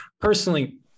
personally